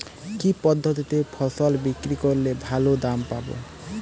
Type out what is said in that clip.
কি পদ্ধতিতে ফসল বিক্রি করলে ভালো দাম পাব?